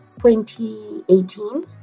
2018